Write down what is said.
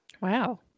Wow